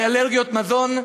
לאלרגיות מזון.